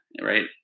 right